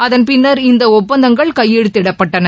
அகன் பின்னர் இந்தஒப்பந்தங்கள் கையெழுத்திடப்பட்டன